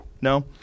No